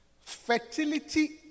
fertility